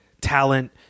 talent